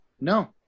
No